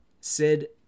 Sid